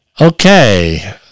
Okay